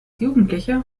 jugendliche